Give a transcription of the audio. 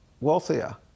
wealthier